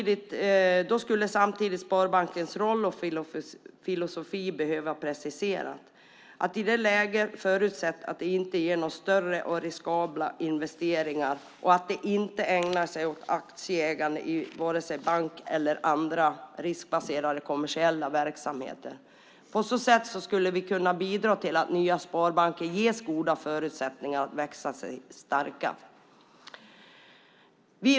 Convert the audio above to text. Då skulle samtidigt sparbankernas roll och filosofi behöva preciseras. I det läget förutsätts att de inte ger sig in i större och riskabla investeringar och att de inte ägnar sig åt aktieägande i vare sig banker eller andra riskbaserade kommersiella verksamheter. På så sätt skulle vi kunna bidra till att de nya sparbankerna ges goda förutsättningar att växa sig starka.